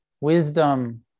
wisdom